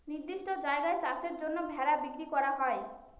নির্দিষ্ট জায়গায় চাষের জন্য ভেড়া বিক্রি করা হয়